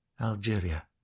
Algeria